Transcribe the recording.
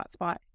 hotspot